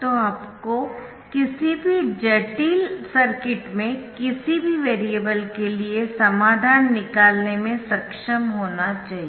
तो आपको किसी भी जटिल सर्किट में किसी भी वेरिएबल के लिए समाधान निकालने में सक्षम होना चाहिए